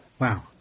Wow